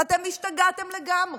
אתם השתגעתם לגמרי.